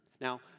Now